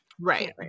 right